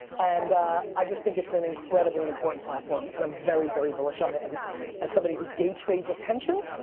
and i just think it's an incredibly important platform and i'm very very bullish on it. and as somebody who daytrades attention,